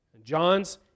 John's